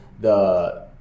the-